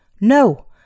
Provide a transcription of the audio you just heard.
No